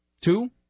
Two